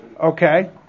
Okay